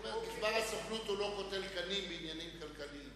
גזבר הסוכנות הוא לא קוטל קנים בעניינים כלכליים.